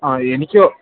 ആ എനിിക്കോ